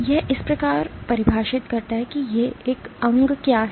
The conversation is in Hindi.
यह इस प्रकार को परिभाषित करता है कि एक अंग क्या है